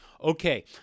okay